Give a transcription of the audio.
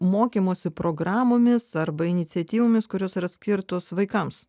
mokymosi programomis arba iniciatyvomis kurios yra skirtos vaikams